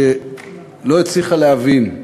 שלא הצליחה להבין.